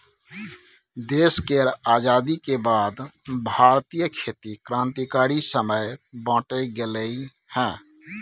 देश केर आजादी के बाद भारतीय खेती क्रांतिकारी समय बाटे गेलइ हँ